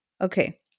Okay